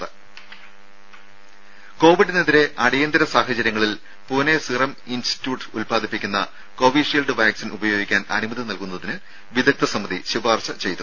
രുര കോവിഡിനെതിരെ അടിയന്തര സാഹചര്യങ്ങളിൽ പൂനെ സീറം ഇൻസ്റ്റിറ്റ്യൂട്ട് ഉല്പാദിപ്പിക്കുന്ന കോവിഷീൽഡ് വാക്സിൻ ഉപയോഗിക്കാൻ അനുമതി നൽകുന്നതിന് വിദഗ്ദ്ധ സമിതി ശുപാർശ ചെയ്തു